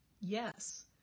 Yes